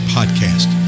Podcast